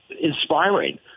inspiring